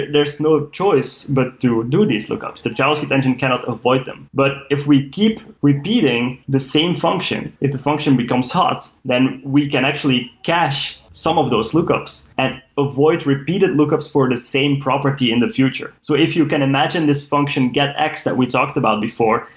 there's no choice but to do these lookups. the javascript engine cannot avoid them. but if we keep repeating the same function, if the function becomes hot, then we can actually cache some of those lookups and avoid repeated lookups for the same property in the future. so if you can imagine this function, get x, that we talked about before,